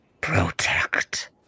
Protect